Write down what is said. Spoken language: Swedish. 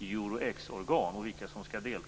Euro X-organ och om vilka som skall delta.